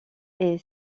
est